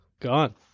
gone